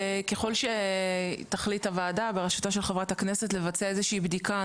וככל שתחליט הוועדה בראשותה של חברת הכנסת לבצע איזושהי בדיקה,